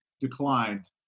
declined